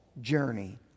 journey